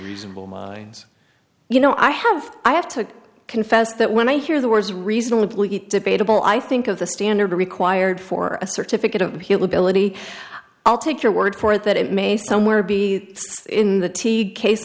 reasonable you know i have i have to confess that when i hear the words reasonably debatable i think of the standard required for a certificate of he'll ability i'll take your word for it that it may somewhere be in the t case